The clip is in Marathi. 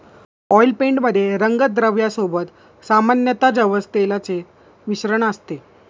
ऑइल पेंट मध्ये रंगद्रव्या सोबत सामान्यतः जवस तेलाचे मिश्रण असते